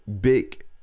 big